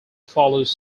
follows